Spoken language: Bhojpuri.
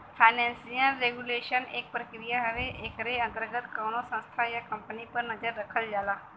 फाइनेंसियल रेगुलेशन एक प्रक्रिया हउवे एकरे अंतर्गत कउनो संस्था या कम्पनी पर नजर रखल जाला